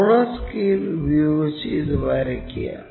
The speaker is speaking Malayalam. റോളർ സ്കെയിൽ ഉപയോഗിച്ച് ഇത് വരയ്ക്കുക